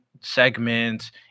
segments